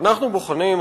כשאנחנו בוחנים,